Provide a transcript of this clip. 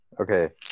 Okay